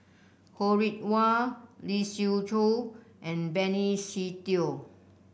Ho Rih Hwa Lee Siew Choh and Benny Se Teo